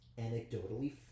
anecdotally